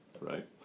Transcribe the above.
right